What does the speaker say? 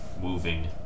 moving